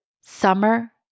summer